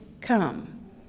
Come